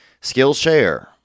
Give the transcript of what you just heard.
Skillshare